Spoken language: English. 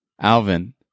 Alvin